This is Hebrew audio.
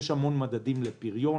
יש המון מדדים לפריון